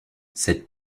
cette